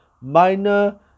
minor